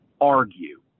argue